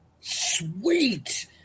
Sweet